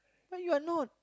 but you're not